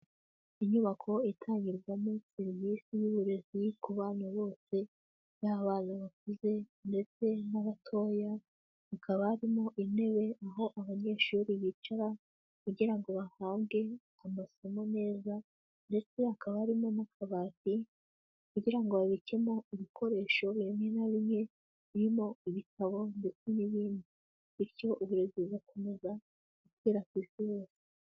Inyubako itangirwamo serivisi y'uburezi ku bana bose, yaba abana bakuze, ndetse n'abatoya, hakaba harimo intebe aho abanyeshuri bicara kugira ngo bahabwe amasomo meza, ndetse hakaba harimo n'akabati kugira ngo babikemo ibikoresho bimwe na bimwe birimo ibitabo, ndetse n'ibindi, bityo uburezi bugakomeza gukwira ku isi hose.